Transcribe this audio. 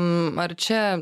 m ar čia